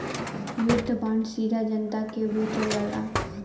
युद्ध बांड सीधा जनता के बेचल जाला